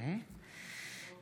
(קוראת בשמות חברי הכנסת)